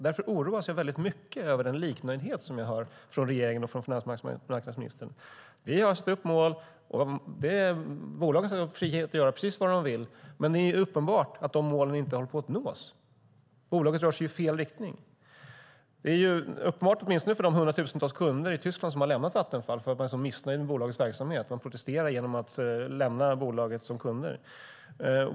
Därför oroas jag mycket över den liknöjdhet som jag hör från regeringen och från finansmarknadsministern: Vi har ställt upp mål, och bolaget har frihet att göra precis vad det vill. Det är uppenbart att dessa mål inte håller på att nås. Bolaget rör sig ju i fel riktning. Det är uppenbart, åtminstone för de hundratusentals kunder i Tyskland som har lämnat Vattenfall därför att de är så missnöjda med bolagets verksamhet. De protesterar genom att lämna bolaget som kunder.